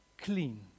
clean